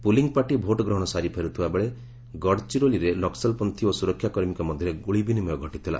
polling party vote ଗ୍ରହଣ ସାରି ଫେରୁଥିବା ବେଳେ ଗଡ଼ଚିରୋଲିରେ ନକ୍ୱଲପନ୍ଥୀ ଓ ସୁରକ୍ଷାକର୍ମୀଙ୍କ ମଧ୍ୟରେ ଗୁଳି ବିନିମୟ ଘଟିଥିଲା